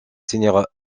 scénariste